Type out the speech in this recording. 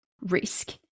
risk